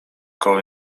koło